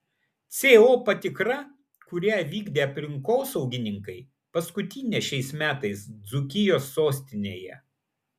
co patikra kurią vykdė aplinkosaugininkai paskutinė šiais metais dzūkijos sostinėje